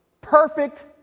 perfect